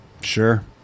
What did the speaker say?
sure